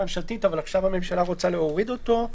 עכשיו הממשלה רוצה להוריד אותו.